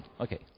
Okay